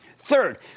Third